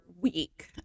week